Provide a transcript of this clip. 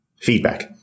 feedback